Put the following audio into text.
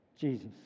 Jesus